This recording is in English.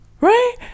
right